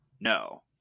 No